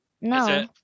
No